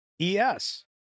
E-S